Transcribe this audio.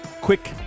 quick